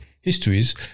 Histories